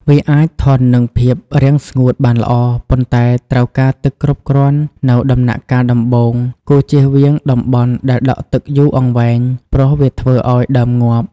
វាអាចធន់នឹងភាពរាំងស្ងួតបានល្អ ប៉ុន្តែត្រូវការទឹកគ្រប់គ្រាន់នៅដំណាក់កាលដំបូង គួរចៀសវាងតំបន់ដែលដក់ទឹកយូរអង្វែង ព្រោះវាធ្វើឱ្យដើមងាប់។